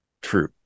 true